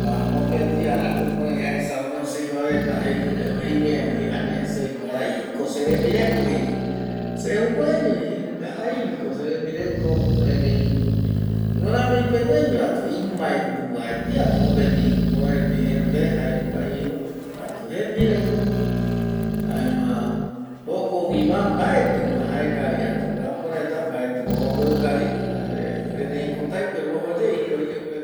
mopeti ara jukurai aesa oñosei va reta jei oyoupe imiari, añae se ngarai ko serembireko jei, se jukuraiño vi jei ngarai vi ko serembireko jei erei miramii peguaiño atu imaenduaa etei mopeti, mopeti jete jae jokua iru atu jembireko jaema jokoguima mbaetima jaekavi atu apo reta mbaetima omombeu kavi jare erei ko taikue rupi ojo ye iñeiro oyoupe reta reta